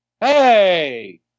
Hey